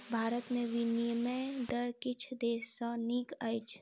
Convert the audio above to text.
भारत में विनिमय दर किछ देश सॅ नीक अछि